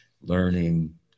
learning